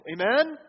Amen